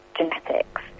genetics